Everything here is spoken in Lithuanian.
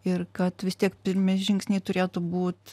ir kad vis tiek pirmi žingsniai turėtų būt